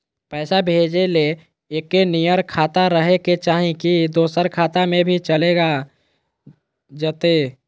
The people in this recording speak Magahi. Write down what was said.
पैसा भेजे ले एके नियर खाता रहे के चाही की दोसर खाता में भी चलेगा जयते?